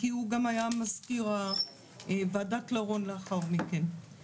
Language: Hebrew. כי הוא גם היה מזכיר ועדת לרון לאחר מכן.